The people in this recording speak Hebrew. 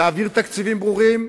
תעביר תקציבים ברורים.